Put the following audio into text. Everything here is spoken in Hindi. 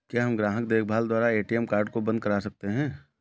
क्या हम ग्राहक देखभाल द्वारा ए.टी.एम कार्ड को बंद करा सकते हैं?